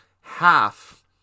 half